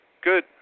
Good